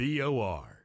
bor